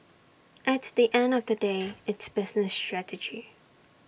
at the end of the day it's business strategy